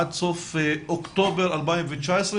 עד סוף אוקטובר 2019,